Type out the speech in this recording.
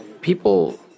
People